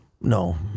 No